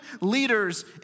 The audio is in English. leaders